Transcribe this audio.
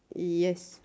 yes